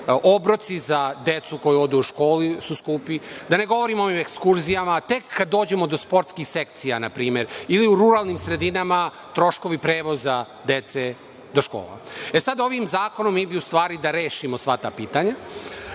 obroci za decu koja odu u školu su skupi, da ne govorim o ovim ekskurzijama, tek kada dođemo do sportskih sekcija, na primer, ili u ruralnim sredinama troškovi prevoza dece do škola. Ovim zakonom mi bismo, u stvari, da rešimo sva ta pitanja